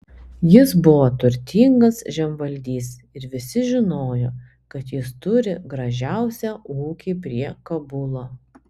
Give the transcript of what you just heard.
jis buvo turtingas žemvaldys ir visi žinojo kad jis turi gražiausią ūkį prie kabulo